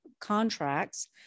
contracts